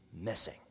missing